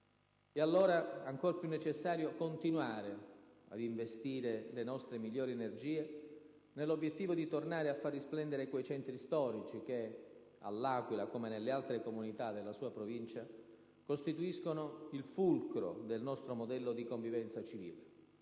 È allora ancor più necessario continuare ad investire le nostre migliori energie nell'obiettivo di tornare a far risplendere quei centri storici che, all'Aquila come nelle altre comunità della sua provincia, costituiscono il fulcro del nostro modello di convivenza civile: